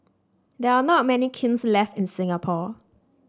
there are not many kilns left in Singapore